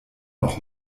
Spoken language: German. noch